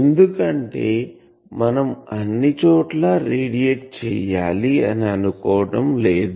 ఎందుకంటే మనం అన్ని చోట్ల రేడియేట్ చేయాలి అని అనుకోవటం లేదు